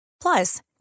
Plus